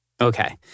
Okay